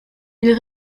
ils